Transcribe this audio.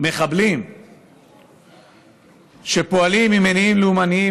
מחבלים שפועלים ממניעים לאומניים,